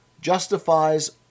justifies